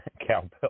cowbell